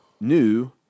new